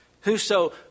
Whoso